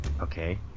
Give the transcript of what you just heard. Okay